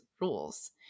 rules